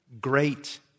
great